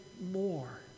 more